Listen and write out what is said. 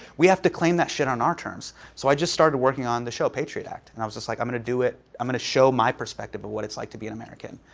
we have to claim that shit on our terms. so, i just started working on the show, patriot act. and i was just like, i'm gonna do it. i'm gonna show my perspective of what it's like to be an american.